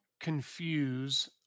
confuse